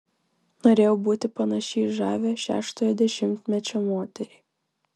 norėjau būti panaši į žavią šeštojo dešimtmečio moterį